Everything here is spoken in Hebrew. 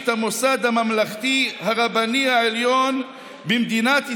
המוסד הממלכתי הרבני העליון במדינת ישראל,